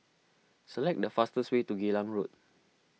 select the fastest way to Geylang Road